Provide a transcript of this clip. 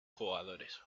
jugadores